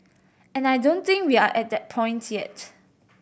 and I don't think we are at that point yet